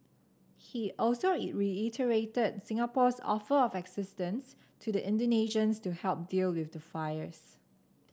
he also reiterated Singapore's offer of assistance to the Indonesians to help deal with the fires